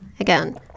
Again